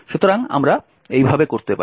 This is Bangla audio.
সুতরাং আমরা এইভাবে করতে পারি